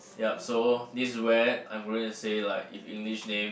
yup so this is where I'm willing to say like if English name